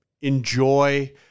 enjoy